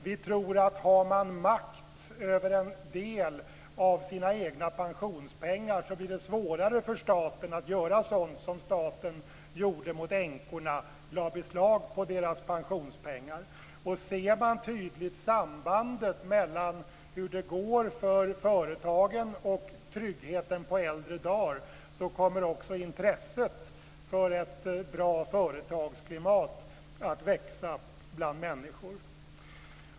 Vi tror att om man har makt över en del av sina egna pensionspengar blir det svårare för staten att göra sådant som staten gjorde mot änkorna när den lade beslag på deras pensionspengar. Ser man tydligt sambandet mellan hur det går för företagen och tryggheten på äldre dagar, kommer också intresset för ett bra företagsklimat att växa bland människor.